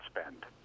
spend